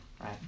right